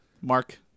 Mark